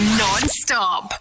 non-stop